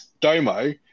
Domo